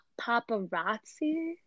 paparazzi